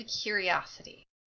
curiosity